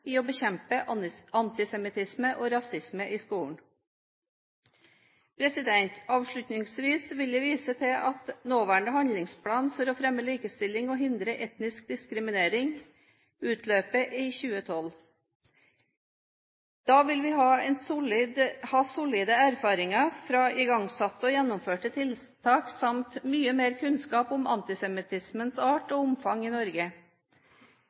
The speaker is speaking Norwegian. for å bekjempe antisemittisme og rasisme i skolen. Avslutningsvis vil jeg vise til at nåværende handlingsplan for å fremme likestilling og hindre etnisk diskriminering utløper i 2012. Da vil vi ha solide erfaringer fra igangsatte og gjennomførte tiltak, samt mye mer kunnskap om antisemittismes art og omfang i Norge.